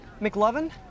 McLovin